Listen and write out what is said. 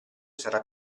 sarà